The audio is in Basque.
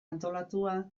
antolatua